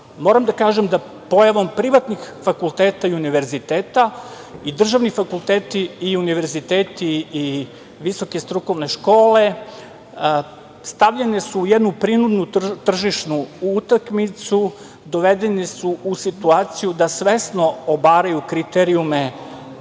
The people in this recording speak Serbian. Moram da kažem da pojavom privatnih fakulteta i univerziteta i državni fakulteti i univerziteti visoke strukovne škole su stavljene u jednu prinudnu tržišnu utakmicu, dovedeni su u situaciju da svesno obaraju kriterijume